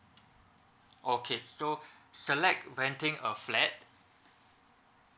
okay so select renting a flat